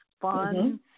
fun